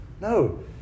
No